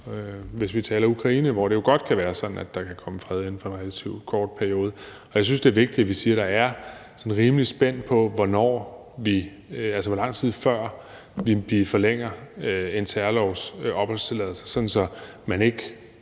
hvis vi taler om Ukraine, hvor det jo godt kan være sådan, at der kan blive fred inden for en relativt kort periode. Jeg synes, det er vigtigt, at vi siger, at der er sådan et rimeligt spænd, med hensyn til hvor lang tid der går, før vi forlænger en lov om opholdstilladelser, sådan at vi ikke